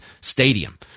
stadium